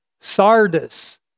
sardis